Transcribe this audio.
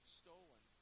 stolen